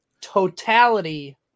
totality